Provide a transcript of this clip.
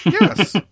Yes